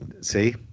See